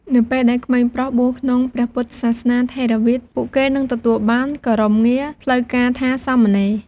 នៅពេលដែលក្មេងប្រុសបួសក្នុងព្រះពុទ្ធសាសនាថេរវាទ ពួកគេនឹងទទួលបានគោរមងារផ្លូវការថា "សាមណេរ"។